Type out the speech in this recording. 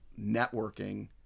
networking